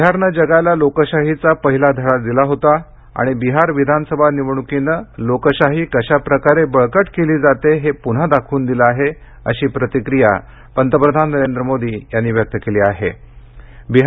बिहारने जगाला लोकशाहीचा पहिला धडा दिला होता आणि बिहार विधानसभा निवडणूकीने लोकशाही कशाप्रकारे बळकट केली जाते ते पुन्हा दाखवून दिलं आहे असं पंतप्रधान नरेंद्र मोदी यांनी आपल्या संदेशांत म्हटले आहे